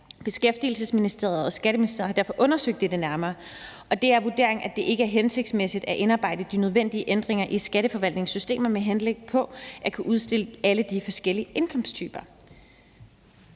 »Beskæftigelsesministeriet og Skatteministeriet har derfor undersøgt dette nærmere og det er vurderingen, at det ikke er hensigtsmæssigt at indarbejde de nødvendige ændringer i Skatteforvaltningens systemer med henblik på at kunne udstille alle de forskellige indkomsttyper.«